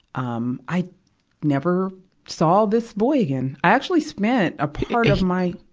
um, i never saw this boy again. i actually spent a part of my,